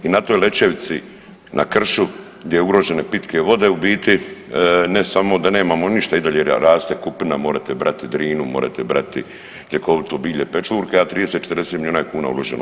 I na toj Lećevici na kršu gdje su ugrožene pitke vode u biti ne samo da nemamo ništa i dalje raste kupina, morete brati drinu, morete brati ljekovito bilje, pečurke, a 30-40 milijuna kuna je uloženo.